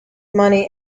money